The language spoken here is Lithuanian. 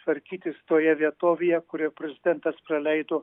tvarkytis toje vietovėje kurioje prezidentas praleido